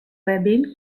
webbing